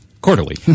quarterly